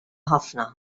ħafna